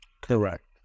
Correct